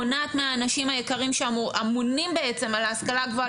מונעת מהאנשים היקרים שאמונים בעצם על ההשכלה הגבוהה,